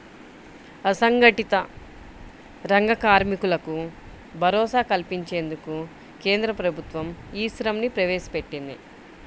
అసంఘటిత రంగ కార్మికులకు భరోసా కల్పించేందుకు కేంద్ర ప్రభుత్వం ఈ శ్రమ్ ని ప్రవేశపెట్టింది